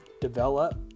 develop